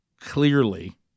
clearly